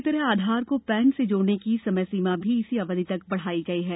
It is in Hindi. इसी तरह आधार को पेन से जोड़ने की समयसीमा भी इसी अवधि तक बढ़ाई गई है